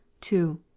two